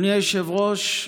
אדוני היושב-ראש,